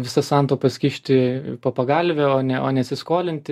visas santaupas kišti po pagalve o ne o nesiskolinti